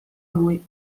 lui